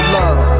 love